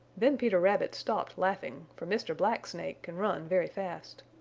then peter rabbit stopped laughing, for mr. black snake can run very fast.